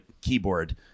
keyboard